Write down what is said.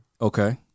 Okay